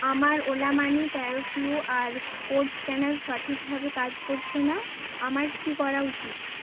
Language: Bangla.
আমার ওলা মানি তেরো কিউআর কোড স্ক্যানার সঠিকভাবে কাজ করছে না আমার কী করা উচিত